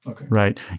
right